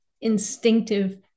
instinctive